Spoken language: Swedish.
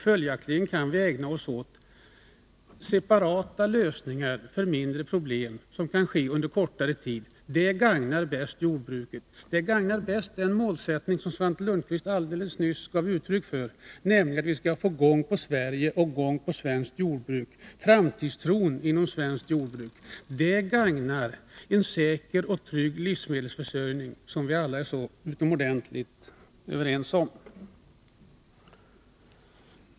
Följaktligen kan vi ägna oss åt separata lösningar på mindre problem, lösningar som kan komma fram snabbare. Det är vad som bäst gagnar jordbruket. Det gagnar bäst den målsättning som Svante Lundkvist alldeles nyss gav uttryck för, nämligen att vi skall få i gång Sverige och skapa framtidstro inom svenskt jordbruk. Det gagnar en säker och trygg livsmedelsförsörjning, vars betydelse vi ju alla är överens om.